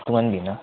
ꯇꯨꯡꯍꯟꯕꯤꯅ